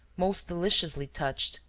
most deliciously touched,